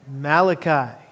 Malachi